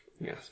Yes